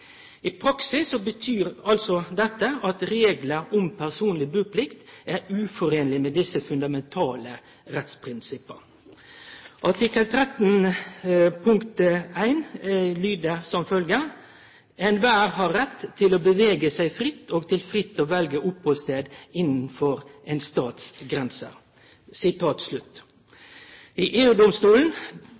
i menneskerettserklæringa. I praksis betyr dette at reglar om personleg buplikt er usemjande med desse fundamentale rettsprinsippa. Artikkel 13, punkt 1 lyder: «Enhver har rett til å bevege seg fritt og til fritt å velge oppholdssted innenfor en stats grenser.» Dommen i